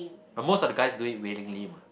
are most of the guys do it willingly mah